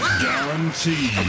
Guaranteed